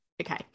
Okay